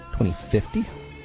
2050